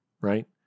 right